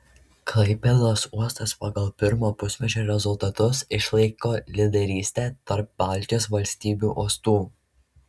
klaipėdos uostas pagal pirmo pusmečio rezultatus išlaiko lyderystę tarp baltijos valstybių uostų